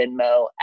Venmo